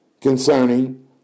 concerning